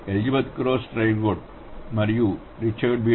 Elizabeth Closs Traugott మరియు Richard B